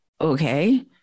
okay